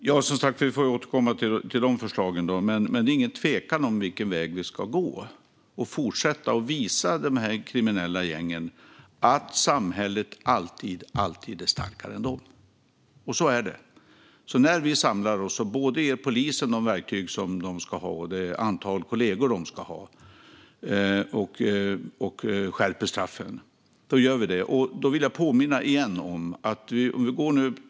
Fru talman! Vi får återkomma till de förslagen. Det råder inget tvivel om vilken väg vi ska gå och att vi ska fortsätta visa de kriminella gängen att samhället alltid är starkare än de. Så är det. När vi samlar oss ska vi ge polisen de verktyg de ska ha, det antal kollegor de ska ha och skärpa straffen. Låt oss se två och ett halvt år tillbaka i tiden.